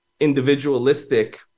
individualistic